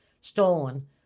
stolen